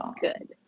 good